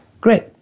Great